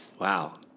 Wow